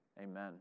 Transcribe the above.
amen